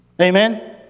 Amen